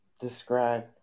describe